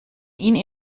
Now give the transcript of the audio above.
ihnen